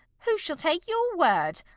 who shall take your word?